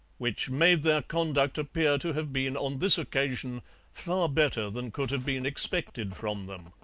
which made their conduct appear to have been on this occasion far better than could have been expected from them